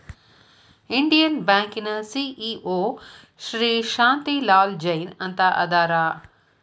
Indian ಬ್ಯಾಂಕಿನ CEO Shri Shanti Lal Jain ಅಂತ ಅದಾರ